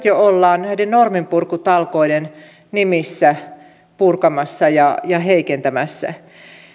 jo nyt näiden norminpurkutalkoiden nimissä purkamassa ja heikentämässä